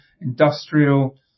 industrial